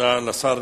תודה לשר.